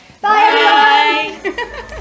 Bye